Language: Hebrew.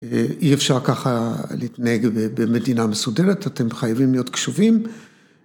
אי אפשר ככה להתנהג במדינה מסודרת, אתם חייבים להיות קשובים.